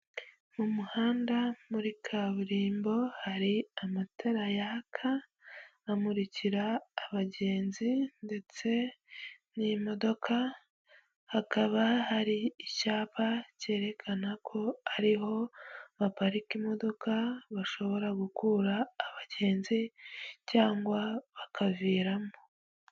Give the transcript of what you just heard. Ni muhanda muri kaburimbo, hari amatara yaka amurikira abagenzi ndetse n'imodoka, hakaba hari icyapa cyerekana ko ariho baparika imodoka, bashobora gukuramo abagenzi cyangwa bakinjiriramo.